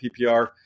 PPR